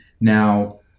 Now